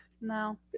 no